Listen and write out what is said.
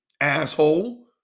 asshole